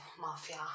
mafia